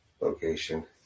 location